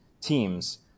Teams